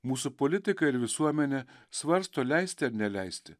mūsų politikai ir visuomenė svarsto leisti ar neleisti